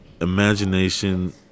imagination